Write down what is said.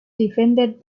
defended